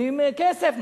נותנים כסף,